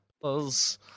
Buzz